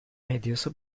medyası